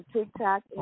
TikTok